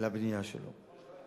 לבנייה שלהם.